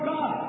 God